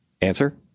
Answer